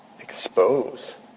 expose